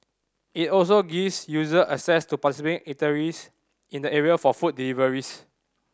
it also gives user access to participating eateries in the area for food deliveries